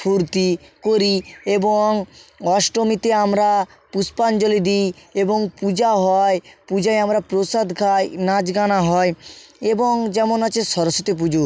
ফুর্তি করি এবং অষ্টমীতে আমরা পুষ্পাঞ্জলি দিই এবং পূজা হয় পূজায় আমরা প্রসাদ খাই নাচ গান হয় এবং যেমন আছে সরস্বতী পুজো